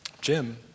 Jim